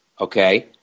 okay